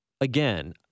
again